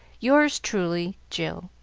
yours truly, jill